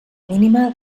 mínima